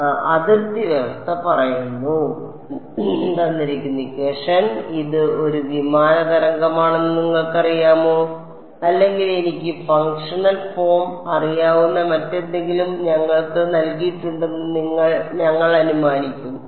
അതിനാൽ അതിർത്തി വ്യവസ്ഥ പറയുന്നു ഇത് ഒരു വിമാന തരംഗമാണെന്ന് നിങ്ങൾക്കറിയാമോ അല്ലെങ്കിൽ എനിക്ക് ഫങ്ഷണൽ ഫോം അറിയാവുന്ന മറ്റെന്തെങ്കിലും ഞങ്ങൾക്ക് നൽകിയിട്ടുണ്ടെന്ന് ഞങ്ങൾ അനുമാനിക്കും